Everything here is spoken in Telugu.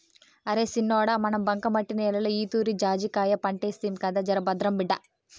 అరే సిన్నోడా మన బంకమట్టి నేలలో ఈతూరి జాజికాయ పంటేస్తిమి కదా జరభద్రం బిడ్డా